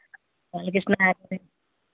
Balakrishna acting